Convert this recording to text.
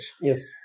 Yes